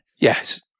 Yes